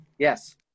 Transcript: Yes